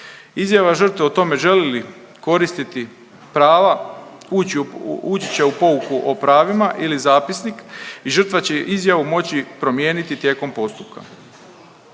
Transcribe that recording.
Izjava žrtve o tome želi li koristiti prava ući će u pouku o pravima ili zapisnik i žrtva će izjavu moći promijeniti tijekom postupka.